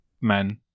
men